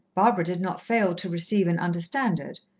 barbara did not fail to receive and understand it,